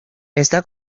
está